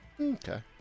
Okay